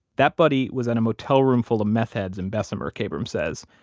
that buddy was in a motel room full of methheads in bessemer, kabrahm says,